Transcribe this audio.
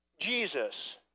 Jesus